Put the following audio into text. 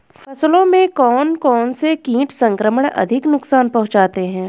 फसलों में कौन कौन से कीट संक्रमण अधिक नुकसान पहुंचाते हैं?